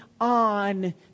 on